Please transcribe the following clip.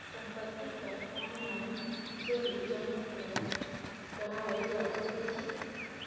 संपत्ति कर ऑनलाइन सेहो जमा कराएल जा सकै छै